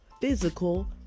Physical